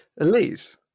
Elise